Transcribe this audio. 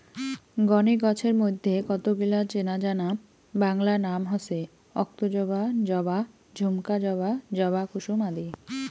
গণে গছের মইধ্যে কতগিলা চেনাজানা বাংলা নাম হসে অক্তজবা, জবা, ঝুমকা জবা, জবা কুসুম আদি